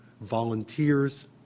volunteers